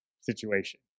situation